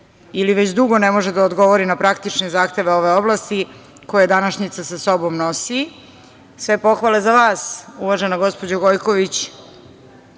ili već dugo, ne može da odgovori na praktične zahteve ove oblasti koje današnjica sa sobom nosi. Sve pohvale za vas, uvažena gospođo Gojković,